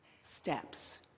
steps